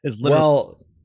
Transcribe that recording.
Well-